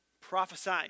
prophesy